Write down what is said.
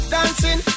Dancing